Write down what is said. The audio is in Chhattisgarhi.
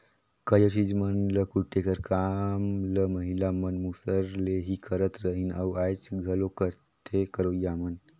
कइयो चीज मन ल कूटे कर काम ल महिला मन मूसर ले ही करत रहिन अउ आएज घलो करथे करोइया मन